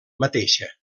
mateixa